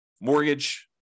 mortgage